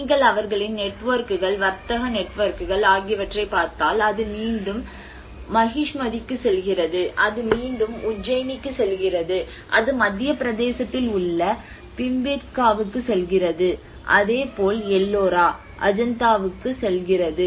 நீங்கள் அவர்களின் நெட்வொர்க்குகள் வர்த்தக நெட்வொர்க்குகள் ஆகியவற்றைப் பார்த்தால் அது மீண்டும் மஹிஷ்மதிக்குச் செல்கிறது அது மீண்டும் உஜ்ஜைனிக்குச் செல்கிறது அது மத்தியப் பிரதேசத்தில் உள்ள பிம்பேத்காவுக்குச் செல்கிறது அதேபோல் எல்லோரா அஜந்தாக்கு செல்கிறது